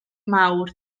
mawr